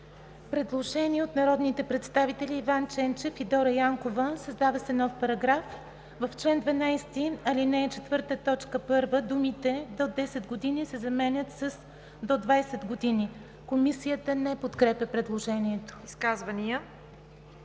Предложение от народните представители Иван Ченчев и Дора Янкова: Създава се нов §...:„§... В чл. 12, ал. 4, т. 1 думите „до 10 години“ се заменят с „до 20 години“.“ Комисията не подкрепя предложението. ПРЕДСЕДАТЕЛ